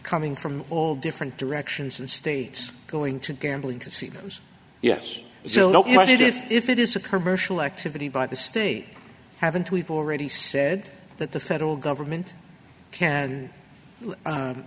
coming from all different directions and states going to gambling casinos yes but it is if it is a commercial activity by the state haven't we've already said that the federal government can